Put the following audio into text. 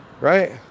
Right